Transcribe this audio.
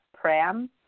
pram